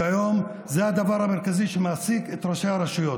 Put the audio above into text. כיום, זה הדבר המרכזי שמעסיק את ראשי הרשויות.